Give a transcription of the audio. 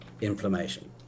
inflammation